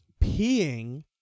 peeing